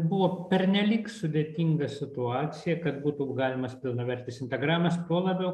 buvo pernelyg sudėtinga situacija kad būtų galimas pilnavertis integravimas tuo labiau